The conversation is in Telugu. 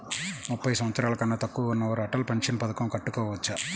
ముప్పై సంవత్సరాలకన్నా తక్కువ ఉన్నవారు అటల్ పెన్షన్ పథకం కట్టుకోవచ్చా?